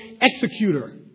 executor